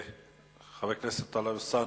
חבר הכנסת טלב אלסאנע,